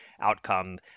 outcome